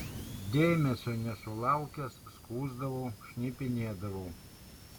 dėmesio nesulaukęs skųsdavau šnipinėdavau